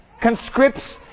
Conscripts